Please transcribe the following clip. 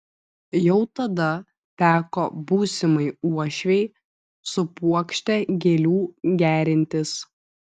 jau tada teko būsimai uošvei su puokšte gėlių gerintis